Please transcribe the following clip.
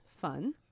fun